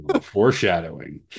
foreshadowing